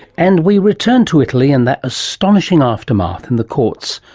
and we return to italy and that astonishing aftermath in the courts,